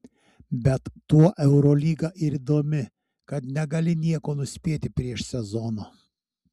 bet tuo eurolyga ir įdomi kad negali nieko nuspėti prieš sezoną